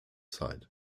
zeit